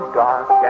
dark